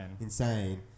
Insane